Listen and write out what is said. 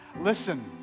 listen